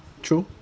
true